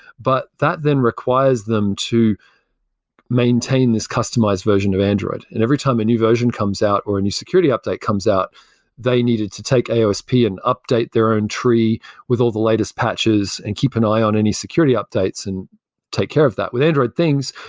but that then requires them to maintain this customized version of android. and every time a new version comes out, or a new security update comes out they needed to take aosp and update their own tree with all the latest patches and keep an eye on any security updates and take care of that with android things,